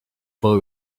boy